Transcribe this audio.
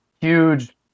huge